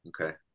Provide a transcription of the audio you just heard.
Okay